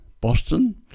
Boston